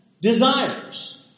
desires